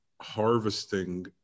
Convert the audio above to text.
harvesting